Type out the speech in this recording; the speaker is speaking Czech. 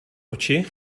oči